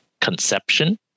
conception